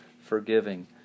forgiving